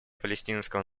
палестинского